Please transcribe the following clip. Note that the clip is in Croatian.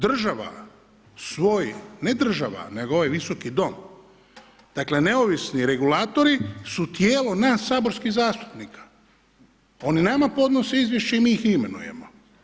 Država, ne država nego ovaj Visoki dom, dakle neovisni regulatori su tijelo nas saborskih zastupnika, oni nama podnose izvješće i mi ih imenujemo.